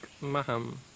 Maham